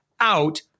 out